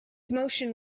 motion